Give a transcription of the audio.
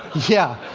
yeah,